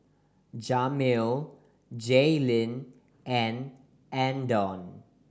Jamil Jaylene and Andon